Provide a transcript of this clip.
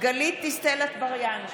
גלית דיסטל אטבריאן,